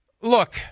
look